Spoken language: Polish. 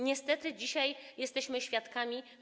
Niestety dzisiaj jesteśmy tego świadkami.